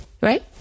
Right